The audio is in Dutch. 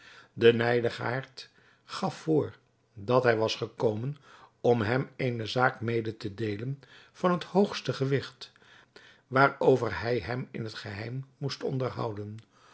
de nijdigaard gaf voor dat hij was gekomen om hem eene zaak mede te deelen van het hoogste gewigt waarover hij hem in t geheim moest onderhouden